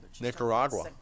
Nicaragua